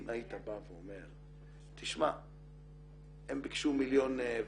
אם היית בא ואומר, תשמע, הם ביקשו מיליון וחצי,